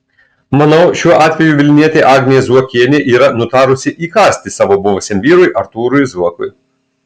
manau šiuo atveju vilnietė agnė zuokienė yra nutarusi įkąsti savo buvusiam vyrui artūrui zuokui